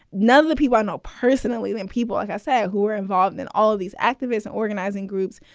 none of the people i know personally and people like i say who are involved in all of these activism organizing groups.